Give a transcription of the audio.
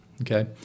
okay